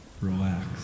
Relax